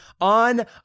on